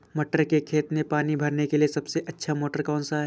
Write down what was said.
मटर के खेत में पानी भरने के लिए सबसे अच्छा मोटर कौन सा है?